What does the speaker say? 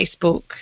Facebook